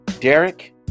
Derek